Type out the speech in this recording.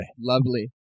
Lovely